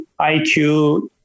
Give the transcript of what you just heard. IQ